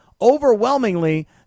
overwhelmingly